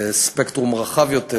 בספקטרום רחב יותר,